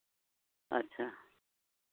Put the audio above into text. ᱟᱪᱪᱷᱟ